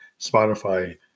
Spotify